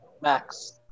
Max